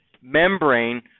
membrane